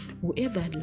whoever